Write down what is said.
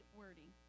wording